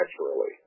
naturally